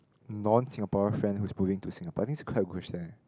non Singaporean friend who is moving to Singapore I think it's quite a good question eh